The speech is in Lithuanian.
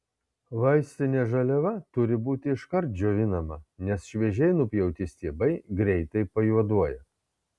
vaistinė žaliava turi būti iškart džiovinama nes šviežiai nupjauti stiebai greitai pajuoduoja